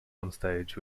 onstage